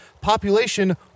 Population